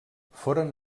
foren